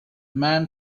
man